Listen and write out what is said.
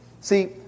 See